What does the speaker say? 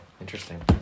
Interesting